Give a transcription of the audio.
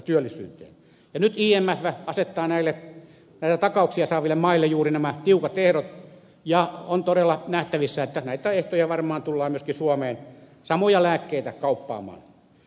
nyt imf asettaa näitä takauksia saaville maille juuri nämä tiukat ehdot ja on todella nähtävissä että näitä ehtoja samoja lääkkeitä varmaan tullaan myöskin suomeen kauppaamaan